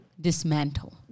Dismantle